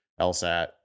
LSAT